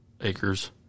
acres